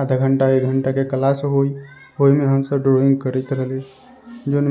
आधा घंटा एक घंटा के क्लास होइ ओहिमे हमसब ड्रॉइंग करैत रहली जोन